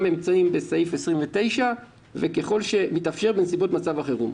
אמצעים בתקנה 29 וככל שמתאפשר בנסיבות מצב החירום".